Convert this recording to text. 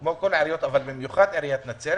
של עיריית נצרת